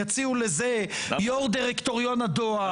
יציעו לזה יו"ר דירקטוריון הדואר,